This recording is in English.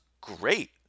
great